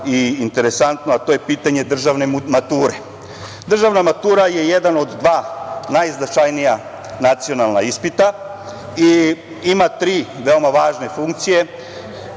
i interesantno, a to je pitanje državne mature. Državna matura je jedan od dva najznačajnija nacionalna ispita, i ima tri veoma važne funkcije,